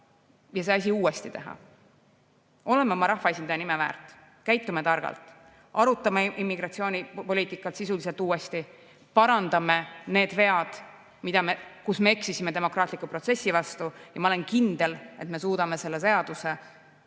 ja see asi uuesti teha. Oleme oma rahvaesindaja nime väärt, käitume targalt, arutame immigratsioonipoliitikat sisuliselt uuesti, parandame need vead, kus me eksisime demokraatliku protsessi vastu, ja ma olen kindel, et me suudame selle seaduse